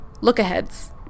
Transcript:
look-aheads